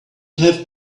have